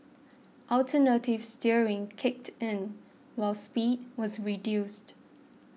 alternative steering kicked in while speed was reduced